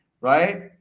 right